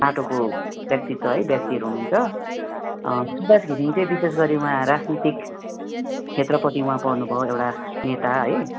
पाटोको व्यक्तित्व है व्यक्तिहरू हुनु हुन्छ सुभाष घिसिङ चाहिँ विशेष गरी उहाँ राजनीतिक क्षेत्रपट्टि उहाँ पर्नु भयो एउटा नेता है